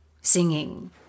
singing